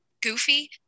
goofy